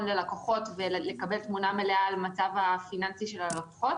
ללקוחות וכדי לקבל תמונה מלאה על מצבם הפיננסי של הלקוחות